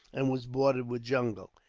and was bordered with jungle.